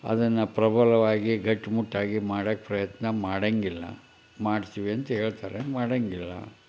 ಅದನ್ನು ಪ್ರಬಲವಾಗಿ ಗಟ್ಟಿ ಮುಟ್ಟಾಗಿ ಮಾಡೋಕೆ ಪ್ರಯತ್ನ ಮಾಡೋಂಗಿಲ್ಲ ಮಾಡ್ತೀವಿ ಅಂತ ಹೇಳ್ತಾರೆ ಮಾಡೋಂಗಿಲ್ಲ